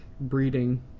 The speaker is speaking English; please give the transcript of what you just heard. breeding